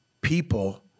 people